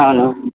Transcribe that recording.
అవును